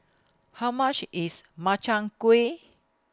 How much IS Makchang Gui